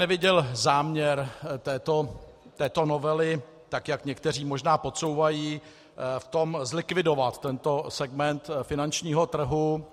Neviděl bych záměr této novely, tak jak někteří možná podsouvají, v tom, zlikvidovat tento segment finančního trhu.